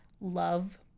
love